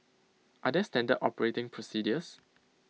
are there standard operating procedures